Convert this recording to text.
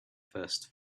first